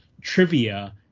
trivia